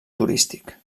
turístic